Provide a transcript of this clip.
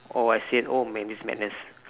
oh I said oh madness madness